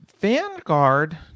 Vanguard